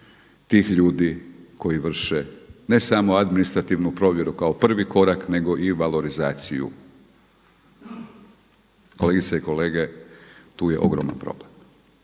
tih ljudi koji vrše ne samo administrativnu provjeru kao prvi korak nego i valorizaciju. Kolegice i kolege tu je ogroman problem.